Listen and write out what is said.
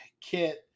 kit